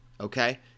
okay